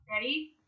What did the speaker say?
Ready